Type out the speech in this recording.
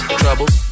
troubles